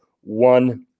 one